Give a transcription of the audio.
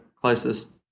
closest